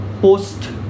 post